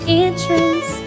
entrance